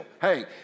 Hey